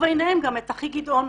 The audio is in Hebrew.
וביניהם גם את אחי גדעון.